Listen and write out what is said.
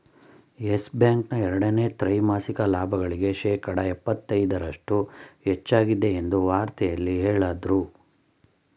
Yes Bank ನ ಎರಡನೇ ತ್ರೈಮಾಸಿಕ ಲಾಭಗಳಿಗೆ ಶೇಕಡ ಎಪ್ಪತೈದರಷ್ಟು ಹೆಚ್ಚಾಗಿದೆ ಎಂದು ವಾರ್ತೆಯಲ್ಲಿ ಹೇಳದ್ರು